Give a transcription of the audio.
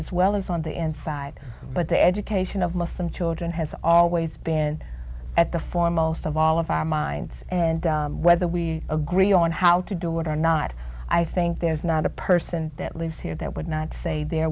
as well as on the end five but the education of muslim children has always been at the foremost of all of our minds and whether we agree on how to do what are not i think there's not a person that lives here that would not say they're